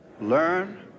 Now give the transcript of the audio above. Learn